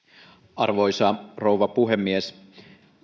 arvoisa rouva puhemies